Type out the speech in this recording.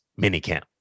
minicamp